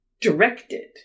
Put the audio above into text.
directed